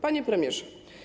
Panie Premierze!